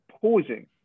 pausing